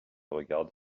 regarde